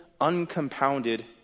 uncompounded